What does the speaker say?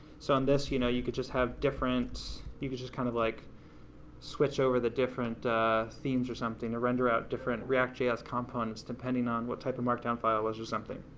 so in this, you know, you could just have different, you could kind of like switch over the different themes or something or render out different react js components, depending on what type of markdown file was or something.